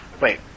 wait